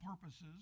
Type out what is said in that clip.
purposes